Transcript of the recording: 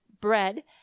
bread